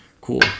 Cool